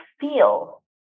feel